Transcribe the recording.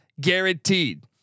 guaranteed